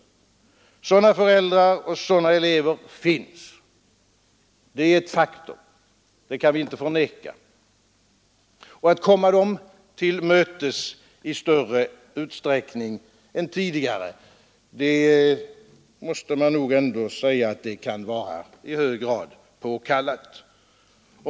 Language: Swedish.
Sådana föräldrar och sådana elever finns. Det är ett faktum, det kan vi inte förneka, och att komma dem till mötes i större utsträckning än tidigare måste nog sägas kan vara i hög grad påkallat.